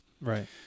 Right